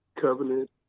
Covenant